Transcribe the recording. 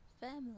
family